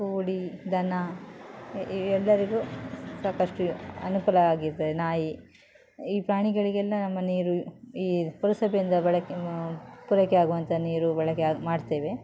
ಕೋಡಿ ದನ ಎಲ್ಲರಿಗೂ ಸಾಕಷ್ಟು ಅನುಕೂಲವಾಗಿದೆ ನಾಯಿ ಈ ಪ್ರಾಣಿಗಳಿಗೆಲ್ಲ ನಮ್ಮ ನೀರು ಈ ಪುರಸಭೆಯಿಂದ ಬಳಕೆ ಪೂರೈಕೆ ಆಗುವಂಥ ನೀರು ಬಳಕೆ ಆಗಿ ಮಾಡ್ತೇವೆ